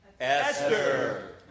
Esther